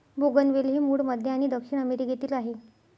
बोगनवेल हे मूळ मध्य आणि दक्षिण अमेरिकेतील आहे